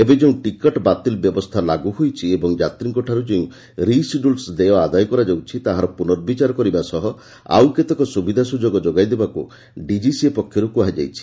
ଏବେ ଯେଉଁ ଟିକେଟ୍ ବାତିଲ୍ ବ୍ୟବସ୍ଥା ଲାଗୁ ହୋଇଛି ଏବଂ ଯାତ୍ରୀଙ୍କଠାରୁ ଯେଉଁ ରି ସିଡ୍ୟୁଲ୍ସ୍ ଦେୟ ଆଦାୟ କରାଯାଉଛି ତାହାର ପୁନର୍ବିଚାର କରିବା ସହ ଆଉ କେତେକ ସୁବିଧା ସ୍ରଯୋଗ ଯୋଗାଇ ଦେବାକୃ ଡିଜିସିଏ ପକ୍ଷର୍ତ କୃହାଯାଇଛି